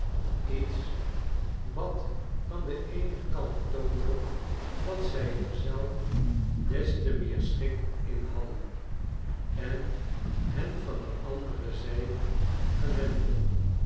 iets wat van den eenen kanttoonde dat zij er zelf des te meer schik in hadden en hen van de andere zij gewende